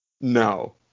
no